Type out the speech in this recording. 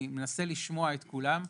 אני מנסה לשמוע את כולם,